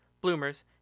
bloomers